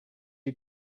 you